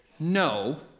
No